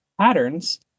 patterns